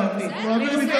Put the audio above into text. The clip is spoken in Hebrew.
מעבירים,